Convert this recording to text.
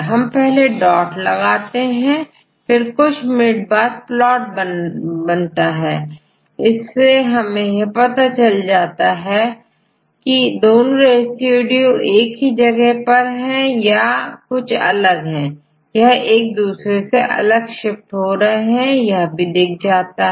हम पहले डॉट लगाते हैं फिर कुछ मिनट बाद प्लॉट बनता है जिससे हमें यह पता चल सकता है जी दोनों रेसिड्यू एक ही जगह पर हैं या इनमें कुछ अलग है यह एक दूसरे से अलग शिफ्ट हो रहे हैं भी दिख जाता है